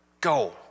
Go